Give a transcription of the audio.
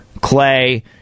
Clay